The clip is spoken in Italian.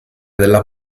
della